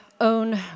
own